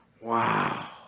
Wow